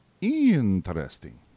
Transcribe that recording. Interesting